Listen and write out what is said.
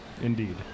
Indeed